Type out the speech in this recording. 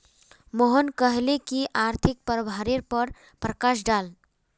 रोहन कहले की आर्थिक प्रभावेर पर प्रकाश डाल